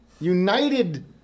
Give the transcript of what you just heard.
united